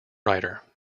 writer